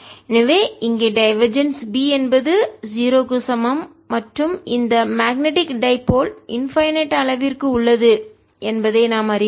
எனவே இங்கே divergence B என்பது 0 க்கு சமம் மற்றும் இந்த மேக்னெட்டிக் டைபோல் காந்த இருமுனை இன்பைநெட் எல்லையற்ற அளவிற்கு உள்ளது என்பதை நாம் அறிவோம்